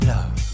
Love